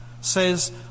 says